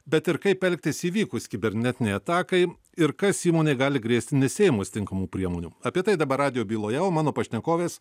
bet ir kaip elgtis įvykus kibernetinei atakai ir kas įmonei gali grėsti nesiėmus tinkamų priemonių apie tai dabar radijo byloje mano pašnekovės